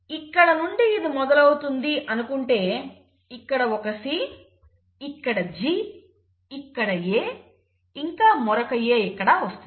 ఇక్కడ నుండి ఇది మొదలవుతుంది అనుకుంటే ఇక్కడ ఒక C ఇక్కడ G ఇక్కడ A ఇంకా మరొక A ఇక్కడ వస్తుంది